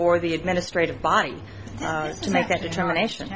or the administrative body to make that determination